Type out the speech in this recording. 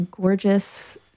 gorgeous